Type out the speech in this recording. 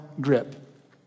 grip